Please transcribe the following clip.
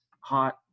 hot